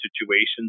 situations